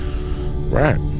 Right